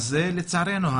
אז לצערנו,